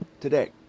today